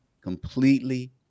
completely